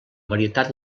varietat